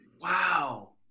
Wow